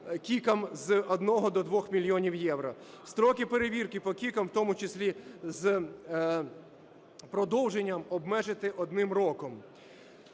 з 1 до 2 мільйонів євро. Строки перевірки по КІКам, в тому числі з продовженням, обмежити одним роком.